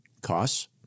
costs